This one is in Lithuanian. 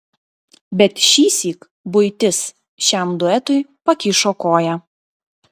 bet šįsyk buitis šiam duetui pakišo koją